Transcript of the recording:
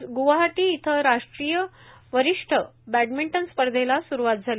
आज ग्वाहाटी इथं राष्ट्रीय वरिष्ठ बॅडमिंटन स्पर्धेला स्रूवात झाली